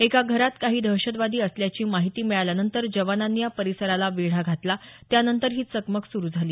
एका घरात काही दहशतवादी असल्याची माहिती मिळाल्यानंतर जवानांनी या परिसराला वेढा घातला त्यानंतर ही चकमक सुरू झाली